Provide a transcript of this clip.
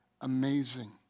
amazing